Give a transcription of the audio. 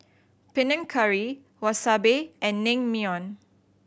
Panang Curry Wasabi and Naengmyeon